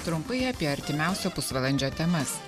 trumpai apie artimiausio pusvalandžio temas